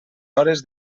hores